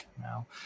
now